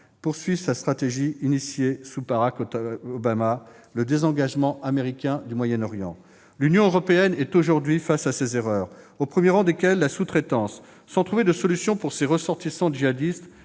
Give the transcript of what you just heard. poursuit la stratégie, engagée sous Barack Obama, de désengagement américain du Moyen-Orient. L'Union européenne est aujourd'hui confrontée aux conséquences de ses erreurs, au premier rang desquelles la sous-traitance. Faute de trouver une solution pour ses ressortissants djihadistes,